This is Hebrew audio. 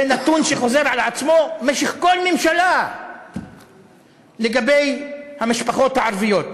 זה נתון שחוזר על עצמו בכל ממשלה לגבי המשפחות הערביות.